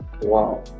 wow